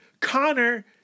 Connor